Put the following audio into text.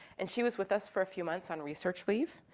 and she was with us for a few months on research leave.